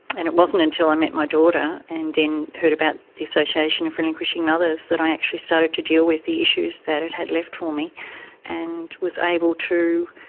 and it wasn't until i met my daughter and then heard about the association of relinquishing mothers that i actually started to deal with the issues that it had left for me and was able to